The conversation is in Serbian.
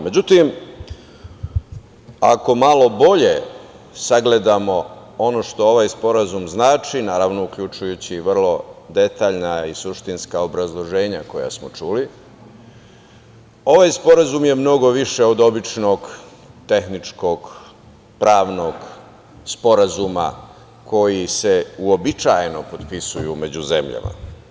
Međutim, ako malo bolje sagledamo ono što ovaj sporazum znači, naravno, uključujući i vrlo detaljna i suštinska obrazloženja koja smo čuli, ovaj sporazum je mnogo više od običnog tehničkog pravnog sporazuma koji se uobičajeno potpisuju među zemljama.